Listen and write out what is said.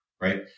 right